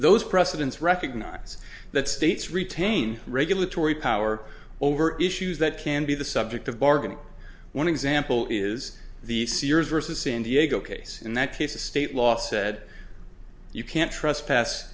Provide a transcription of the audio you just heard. those precedents recognize that states retain regulatory power over issues that can be the subject of bargaining one example is the sears vs san diego case in that case a state law said you can't trust pass